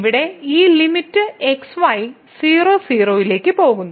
ഇവിടെ ഈ limit x y 00 ലേക്ക് പോകുന്നു